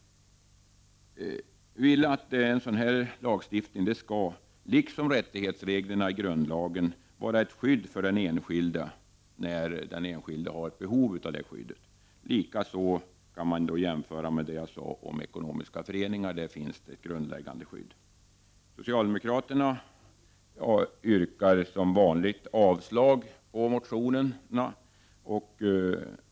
Vi vill att en ramlagstiftning, liksom rättighetsreglerna i grundlagen, skall vara ett skydd för den enskilde när den enskilde har behov av det skyddet. Man kan på den punkten jämföra med vad jag nyss sade om ekonomiska föreningar. På det området finns det ett grundläggande skydd. Socialdemokraterna yrkar som vanligt avslag på motionerna.